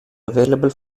available